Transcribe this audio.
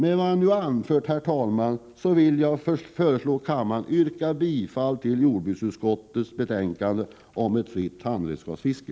Med vad jag nu har anfört, herr talman, yrkar jag bifall till jordbruksutskottets hemställan i betänkandet om fritt handredskapsfiske.